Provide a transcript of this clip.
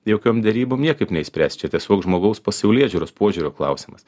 jokiom derybom niekaip neišspręs čia tiesiog žmogaus pasaulėžiūros požiūrio klausimas